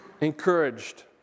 encouraged